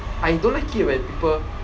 I don't like it when people